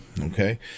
Okay